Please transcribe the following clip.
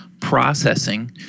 processing